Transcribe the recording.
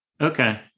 Okay